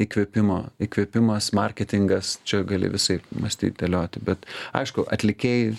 įkvėpimo įkvėpimas marketingas čia gali visaip mąstyt dėlioti bet aišku atlikėjai